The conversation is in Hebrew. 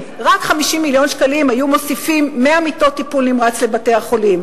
רק 50 מיליון שקלים היו מוסיפים 100 מיטות טיפול נמרץ לבתי-החולים.